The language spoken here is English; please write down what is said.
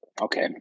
Okay